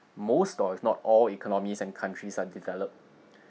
most or if not all economies and countries are developed